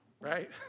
Right